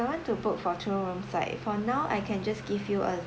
you want to book for two rooms right for now I can just give you a